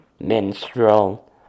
Minstrel